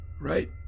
right